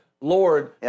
Lord